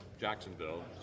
Jacksonville